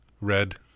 red